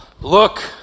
Look